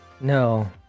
no